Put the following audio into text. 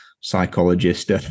psychologist